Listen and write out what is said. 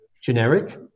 generic